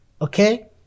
okay